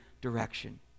direction